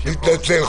אני מתנצל.